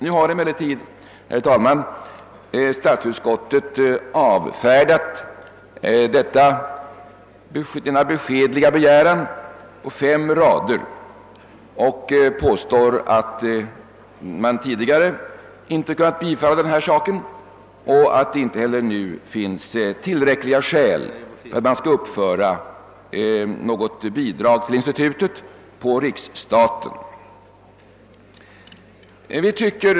Det är alltså inte fråga om något stort belopp. Denna beskedliga begäran har statsutskottet emellertid avstyrkt på fem rader. Tidigare har man inte kunnat tillstyrka ett bifall och inte heller nu anses tillräckliga skäl finnas för att på riksstaten uppföra ett bidrag till institutet.